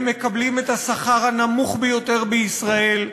הם מקבלים את השכר הנמוך ביותר בישראל,